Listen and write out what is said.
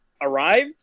arrived